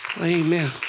Amen